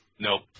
Nope